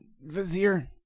Vizier